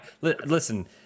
Listen